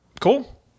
Cool